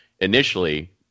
initially